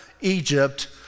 Egypt